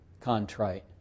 contrite